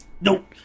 Nope